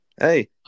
hey